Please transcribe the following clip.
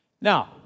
Now